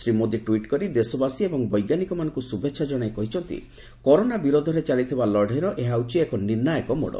Shri Modi tweet କରି ଦେଶବାସୀ ଏବଂ ବୈଜ୍ଞାନିକମାନଙ୍କୁ ଶୁଭେଛା କହିଛନ୍ତି କରୋନା ବିରୋଧରେ ଚାଲିଥିବା ଲଡ଼େଇର ଏହା ହେଉଛି ଏକ ନିର୍ଷ୍ଣାୟକ ମୋଡ଼